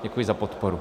Děkuji za podporu.